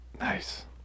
nice